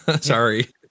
Sorry